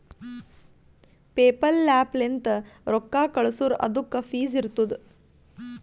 PayPal app ಲಿಂತ್ ರೊಕ್ಕಾ ಕಳ್ಸುರ್ ಅದುಕ್ಕ ಫೀಸ್ ಇರ್ತುದ್